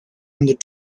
and